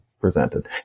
presented